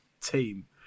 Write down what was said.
team